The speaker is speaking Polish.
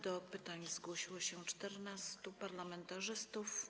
Do pytań zgłosiło się 14 parlamentarzystów.